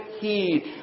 heed